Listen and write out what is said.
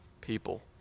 People